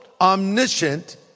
Omniscient